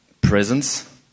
presence